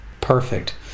Perfect